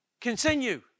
continue